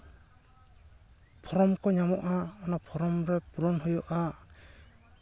form ᱠᱚ ᱧᱟᱢᱚᱜᱼᱟ ᱚᱱᱟ ᱯᱷᱨᱚᱢ ᱨᱮ ᱯᱩᱨᱩᱱ ᱦᱩᱭᱩᱜᱼᱟ